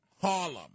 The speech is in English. Harlem